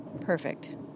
Perfect